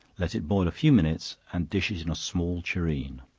let it boil a few minutes, and dish it in a small tureen.